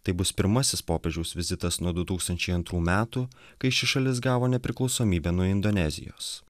tai bus pirmasis popiežiaus vizitas nuo du tūkstančiai antrų metų kai ši šalis gavo nepriklausomybę nuo indonezijos